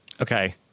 Okay